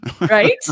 right